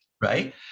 right